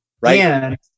Right